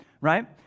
right